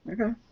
Okay